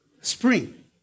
spring